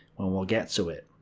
well, we'll get to it.